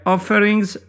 Offerings